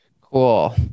Cool